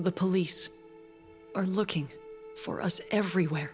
the police are looking for us everywhere